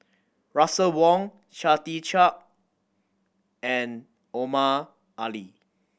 Russel Wong Chia Tee Chiak and Omar Ali